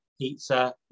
pizza